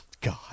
God